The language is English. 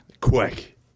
Quick